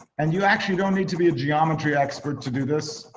and you actually don't need to be a geometry expert to do this.